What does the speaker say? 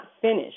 finished